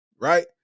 Right